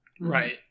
Right